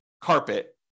carpet